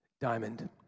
diamond